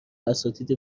اساتید